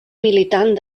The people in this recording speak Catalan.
militant